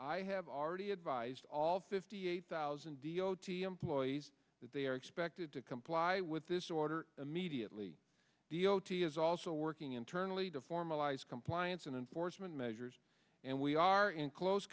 i have already advised all fifty eight thousand d o t employees that they are expected to comply with this order immediately d o t is also working internally to formalize compliance and enforcement measures and we are in close